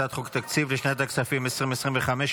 הצעת חוק התקציב לשנת הכספים 2025,